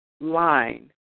line